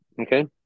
Okay